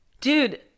dude